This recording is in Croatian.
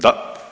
Da.